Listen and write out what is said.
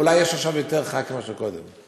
אולי יש עכשיו יותר חברי כנסת מקודם.